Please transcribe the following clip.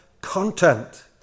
content